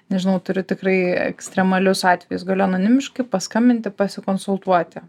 nežinau turiu tikrai ekstremalius atvejus galiu anonimiškai paskambinti pasikonsultuoti